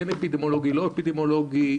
כן אפידמיולוגי, לא אפידמיולוגי...